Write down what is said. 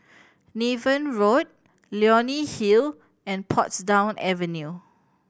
Niven Road Leonie Hill and Portsdown Avenue